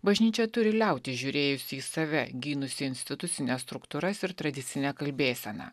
bažnyčia turi liautis žiūrėjusi į save gynusi institucines struktūras ir tradicinę kalbėseną